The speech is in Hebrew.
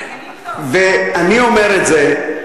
ואני אומר את זה,